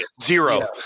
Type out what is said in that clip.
Zero